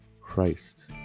christ